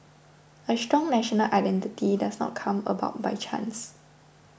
a strong national identity does not come about by chance